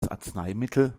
arzneimittel